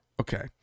Okay